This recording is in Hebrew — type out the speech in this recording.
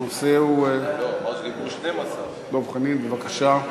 דב חנין, בבקשה.